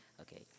Okay